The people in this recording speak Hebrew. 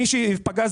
מי שייפגע,